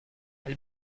elle